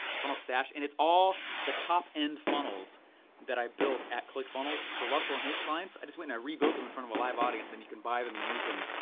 funnel stache, and it's all the top end funnels that i built at clickfunnels for russell and his clients. i just went and i rebuilt them in front of a live audience and you could buy them and use them.